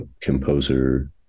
composer